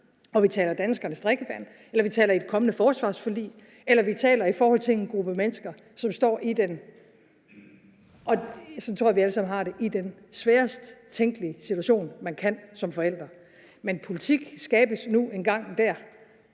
om vi taler danskernes drikkevand, om vi taler et kommende forsvarsforlig, eller om vi taler om en gruppe mennesker, som står i den – sådan tror jeg vi alle sammen har det – sværest tænkelige situation, man kan som forældre. Men politik skabes nu engang der,